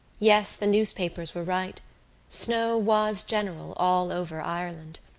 yes, the newspapers were right snow was general all over ireland.